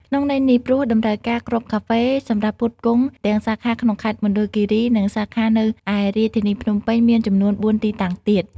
ក្នុងន័យនេះ ព្រោះតម្រូវការគ្រាប់កាហ្វេសម្រាប់ផ្គត់ផ្គង់ទាំងសាខាក្នុងខេត្តមណ្ឌលគិរី និងសាខានៅឯរាជធានីភ្នំពេញមានចំនួន៤ទីតាំងទៀត។